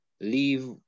leave